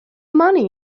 money